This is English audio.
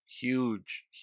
huge